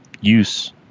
use